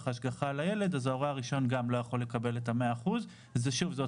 השגחה על הילד אז ההורה הראשון לא יכול לקבל 100%. מדובר באותו